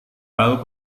tahu